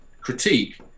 critique